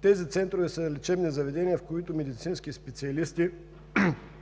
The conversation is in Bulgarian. Тези центрове са лечебни заведения, в които медицински специалисти